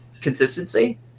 consistency